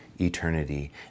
eternity